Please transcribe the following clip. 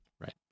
Right